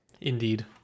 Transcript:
Indeed